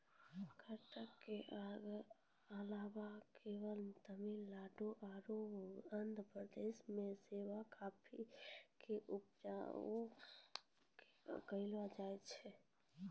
कर्नाटक के अलावा केरल, तमिलनाडु आरु आंध्र प्रदेश मे सेहो काफी के उपजा करलो जाय छै